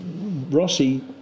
Rossi